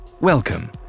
welcome